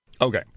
Okay